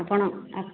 ଆପଣ